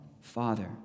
Father